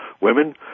women